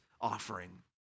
offering